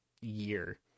year